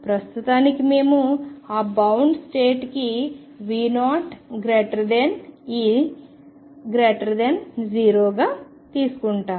ప్రస్తుతానికి మేము ఆ బౌండ్ స్టేట్ కి V0E0 గా తీసుకుంటాము